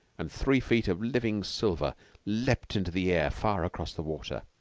and three feet of living silver leaped into the air far across the water.